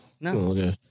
No